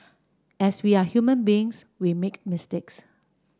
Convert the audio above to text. as we are human beings we make mistakes